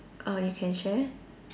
uh you can share